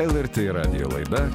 lrt radijo laida